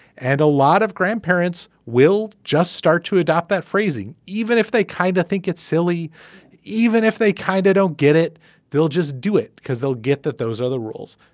and a lot of grandparents will just start to adopt that phrasing even if they kind of think it's silly even if they kind of don't get it they'll just do it because they'll get that those are the rules.